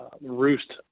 roost